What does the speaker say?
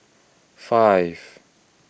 five